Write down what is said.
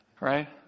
Right